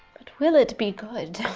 but will it be good?